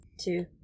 two